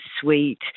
sweet